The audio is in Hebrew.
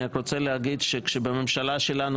אני רק רוצה להגיד שכשבממשלה שלנו